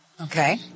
Okay